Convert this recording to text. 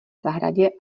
zahradě